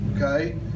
okay